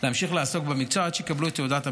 להמשיך לעסוק במקצוע עד שיקבלו את תעודת המקצוע,